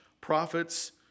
prophets